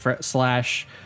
slash